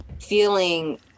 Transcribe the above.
feeling